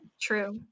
true